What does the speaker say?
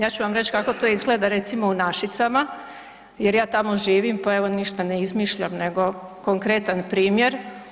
Ja ću vam reć kako to izgleda recimo u Našicama jer ja tamo živim, pa evo ništa ne izmišljam nego konkretan primjer.